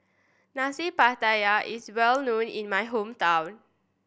Nasi Pattaya is well known in my hometown